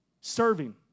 Serving